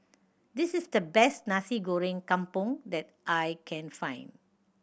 this is the best Nasi Goreng Kampung that I can find